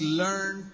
learn